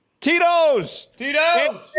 Titos